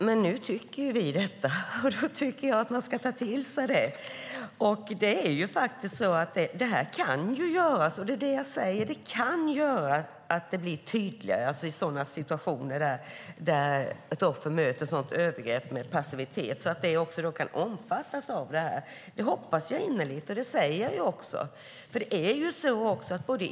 Herr talman! Nu tycker vi detta, och då ska man ta till sig det. Det kan göra att det blir tydligare i sådana situationer där ett offer möter ett övergrepp med passivitet så att också det kan omfattas. Det hoppas jag innerligt, och det säger jag också.